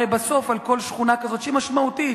הרי בסוף על כל שכונה כזאת שהיא משמעותית,